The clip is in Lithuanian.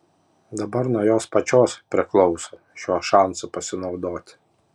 dabar nuo jos pačios priklauso šiuo šansu pasinaudoti